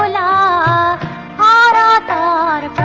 ah da ah da da da